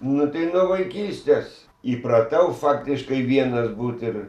nu tai nuo vaikystės įpratau faktiškai vienas būt ir